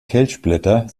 kelchblätter